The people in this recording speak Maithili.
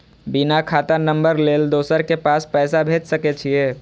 बिना खाता नंबर लेल दोसर के पास पैसा भेज सके छीए?